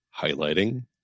highlighting